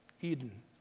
Eden